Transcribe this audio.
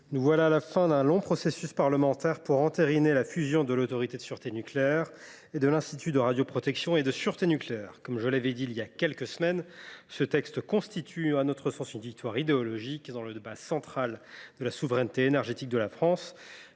nous voici, à la fin d’un long processus parlementaire, amenés à entériner la fusion de l’Autorité de sûreté nucléaire (ASN) et de l’Institut de radioprotection et de sûreté nucléaire (IRSN). Comme je l’avais dit il y a quelques semaines, ce texte constitue, à notre sens, une victoire idéologique dans le débat crucial sur la souveraineté énergétique de la France.